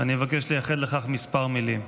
ואני מבקש לייחד לכך כמה מילים.